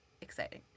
exciting